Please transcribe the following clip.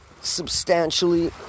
substantially